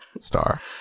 star